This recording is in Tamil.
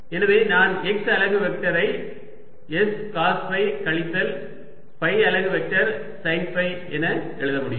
எனவே நான் x அலகு வெக்டர் ஐ s காஸ் ஃபை கழித்தல் ஃபை அலகு வெக்டர் சைன் ஃபை என எழுத முடியும்